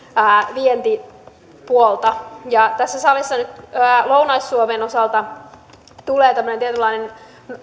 vientipuolta tässä salissa nyt lounais suomen osalta tulee tämmöinen tietynlainen